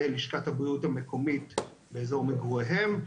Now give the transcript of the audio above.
לשכת הבריאות המקומית באזור מגוריהם,